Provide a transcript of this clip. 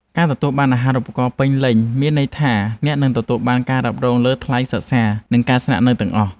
ការទទួលបានអាហារូបករណ៍ពេញលេញមានន័យថាអ្នកនឹងទទួលបានការរ៉ាប់រងលើថ្លៃសិក្សានិងការស្នាក់នៅទាំងអស់។